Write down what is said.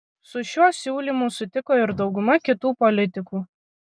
su šiuo siūlymu sutiko ir dauguma kitų politikų